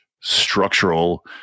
structural